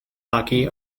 hockey